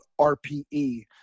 RPE